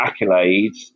accolades